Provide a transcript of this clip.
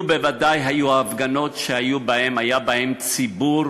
בוודאי היו הפגנות שהיה בהן ציבור